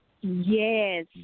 Yes